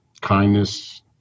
kindness